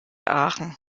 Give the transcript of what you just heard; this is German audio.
aachen